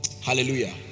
Hallelujah